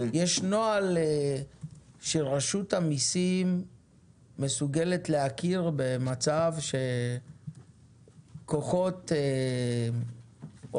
יש נוהל שרשות המסים מסוגלת להכיר במצב שכוחות או